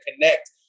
connect